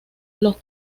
los